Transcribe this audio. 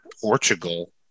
Portugal